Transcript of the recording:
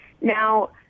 now